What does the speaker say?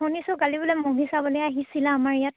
শুনিছোঁ কালি বোলে মুভি চাবলৈ আহিছিলা আমাৰ ইয়াত